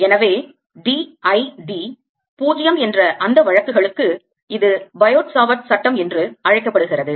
எனவே d I d 0 என்ற அந்த வழக்குகளுக்கு இது பயோட் சாவர்ட் சட்டம் என்று அழைக்கப்படுகிறது